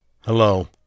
Hello